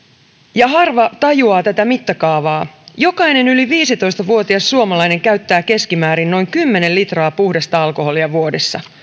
ja harva tajuaa tätä mittakaavaa jokainen yli viisitoista vuotias suomalainen käyttää keskimäärin noin kymmenen litraa puhdasta alkoholia vuodessa